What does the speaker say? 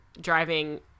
driving